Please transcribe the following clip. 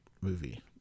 movie